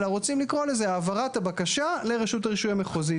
אלא רוצים לקרוא לזה העברת הבקשה לרשות הרישוי המחוזית.